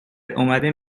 اومده